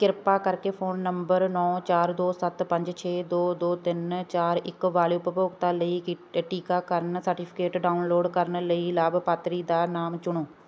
ਕਿਰਪਾ ਕਰਕੇ phone number ਨੌਂ ਚਾਰ ਦੋ ਸੱਤ ਪੰਜ ਛੇ ਦੋ ਦੋ ਤਿੰਨ ਚਾਰ ਇੱਕ ਵਾਲੇ ਉਪਭੋਗਤਾ ਲਈ ਕੀਟ ਟੀਕਾਕਰਨ ਸਰਟੀਫਿਕੇਟ ਡਾਊਨਲੋਡ ਕਰਨ ਲਈ ਲਾਭਪਾਤਰੀ ਦਾ ਨਾਮ ਚੁਣੋ